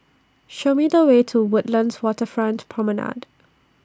Show Me The Way to Woodlands Waterfront Promenade